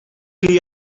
chi